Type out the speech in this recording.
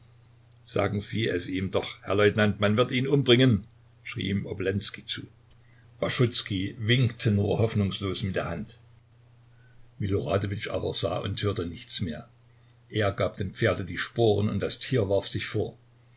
sagen sie es ihm doch herr leutnant man wird ihn umbringen schrie ihm obolenskij zu baschuzkij winkte nur hoffnungslos mit der hand miloradowitsch aber sah und hörte nichts mehr er gab dem pferde die sporen und das tier warf sich vor